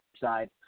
side